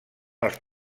els